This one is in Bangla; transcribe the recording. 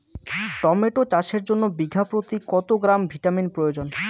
টমেটো চাষের জন্য বিঘা প্রতি কত গ্রাম ভিটামিন প্রয়োজন?